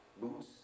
boots